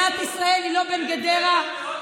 מדינת ישראל היא לא בין גדרה לחדרה.